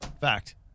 Fact